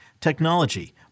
technology